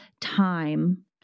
time